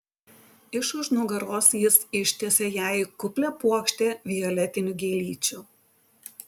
iš už nugaros jis ištiesė jai kuplią puokštę violetinių gėlyčių